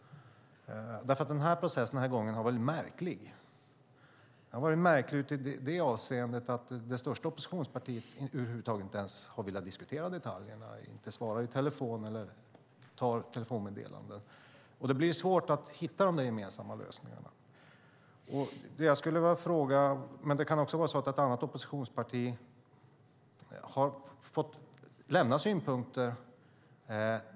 Processen den här gången har varit märklig. Den har varit märklig i det avseendet att det största oppositionspartiet över huvud taget inte har velat diskutera detaljerna, inte har svarat i telefon eller tagit emot telefonmeddelanden. Då blir det svårt att hitta de gemensamma lösningarna. Det kan också vara så att ett annat oppositionsparti har fått lämna synpunkter.